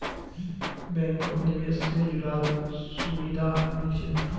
बैंकत निवेश से जुराल सुभिधा मिल छेक